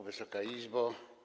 Wysoka Izbo!